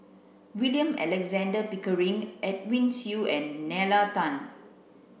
William Alexander Pickering Edwin Siew and Nalla Tan